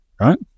right